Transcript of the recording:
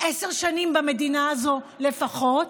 עשר שנים במדינה הזאת לפחות